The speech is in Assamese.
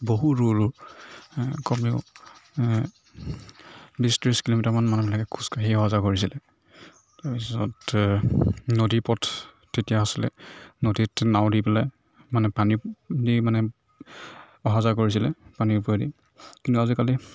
বহু দূৰ দূৰ কমেও বিছ ত্ৰিছ কিলোমিটাৰমান মানুহবিলাকে খোজকাঢ়িয়ে অহা যোৱা কৰিছিলে তাৰ পিছতে নদীৰ পথ তেতিয়া আছিলে নদীত নাও দি পেলাই মানে পানী দি মানে অহা যোৱা কৰিছিলে পানীৰ ওপৰেদি কিন্তু আজিকালি